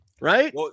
right